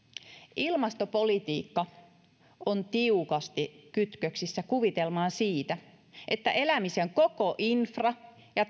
ilmastopolitiikka on tiukasti kytköksissä kuvitelmaan siitä että elämisen koko infra ja